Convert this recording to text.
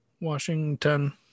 Washington